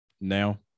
now